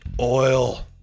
Oil